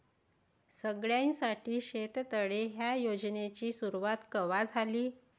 सगळ्याइसाठी शेततळे ह्या योजनेची सुरुवात कवा झाली?